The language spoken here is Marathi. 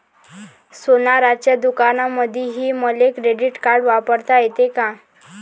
सोनाराच्या दुकानामंधीही मले क्रेडिट कार्ड वापरता येते का?